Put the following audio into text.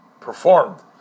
performed